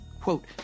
Quote